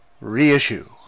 reissue